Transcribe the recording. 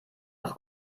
noch